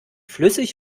flüssig